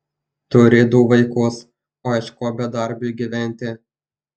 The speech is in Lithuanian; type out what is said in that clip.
turi du vaikus o iš ko bedarbiui gyventi